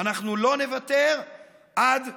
ואנחנו לא נוותר עד שנצליח.